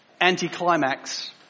anticlimax